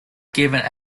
given